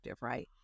right